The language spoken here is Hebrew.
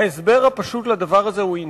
ההסבר הפשוט של הדבר הזה הוא אינטרסים.